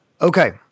Okay